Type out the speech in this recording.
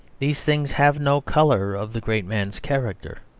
these things have no colour of the great man's character.